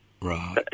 right